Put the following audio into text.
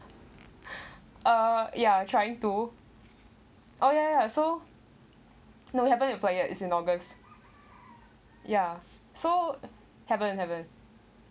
uh ya I trying to oh ya ya ya so no we haven't employed yet is in august ya so haven't haven't